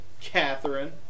Catherine